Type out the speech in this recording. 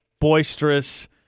boisterous